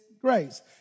grace